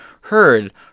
heard